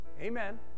Amen